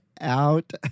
out